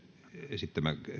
esittämä